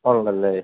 ആകുകയുള്ളൂ അല്ലേ